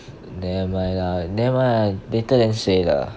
nevermind lah nevermind lah later then say lah